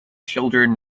children